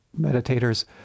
meditators